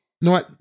No